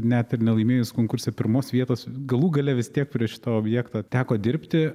net ir nelaimėjus konkurse pirmos vietos galų gale vis tiek prie šito objekto teko dirbti